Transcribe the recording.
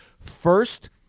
first